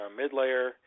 mid-layer